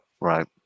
right